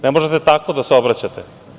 Ne možete tako da se obraćate.